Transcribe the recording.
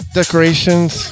decorations